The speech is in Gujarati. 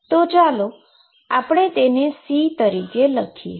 તો ચાલો આપણે તેને C તરીકે લખીએ